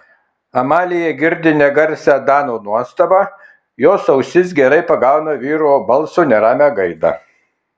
amalija girdi negarsią dano nuostabą jos ausis gerai pagauna vyro balso neramią gaidą